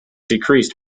decreased